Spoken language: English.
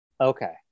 Okay